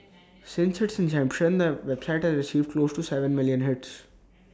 since its inception the website has received close to Seven million hits